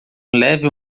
leve